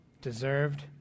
deserved